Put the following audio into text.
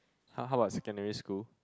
!huh! how about secondary school